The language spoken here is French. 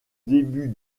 début